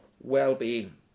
well-being